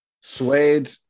Suede